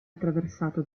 attraversato